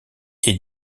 est